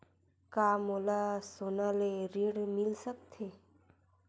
का मोला सोना ले ऋण मिल सकथे?